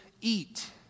eat